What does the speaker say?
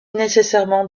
nécessairement